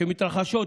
שמתרחשות יום-יום,